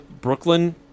Brooklyn